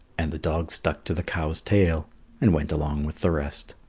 and the dog stuck to the cow's tail and went along with the rest.